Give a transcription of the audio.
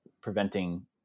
preventing